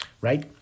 right